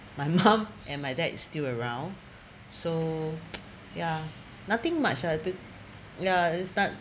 my mum and my dad is still around so ya nothing much ah but ya it's not